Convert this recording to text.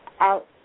out